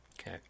Okay